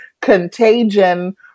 contagion